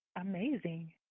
amazing